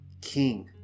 king